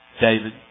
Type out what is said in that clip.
David